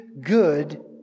good